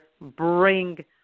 bring